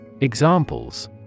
Examples